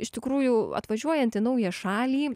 iš tikrųjų atvažiuojant į naują šalį